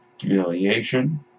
humiliation